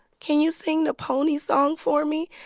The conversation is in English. can you sing the pony song for me?